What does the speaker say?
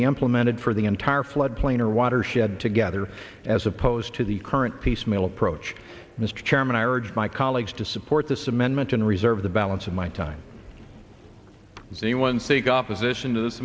be implemented for the entire floodplain or watershed together as opposed to the current piecemeal approach mr chairman i urged mike colleagues to support this amendment and reserve the balance of my time with anyone seek opposition to this